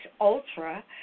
Ultra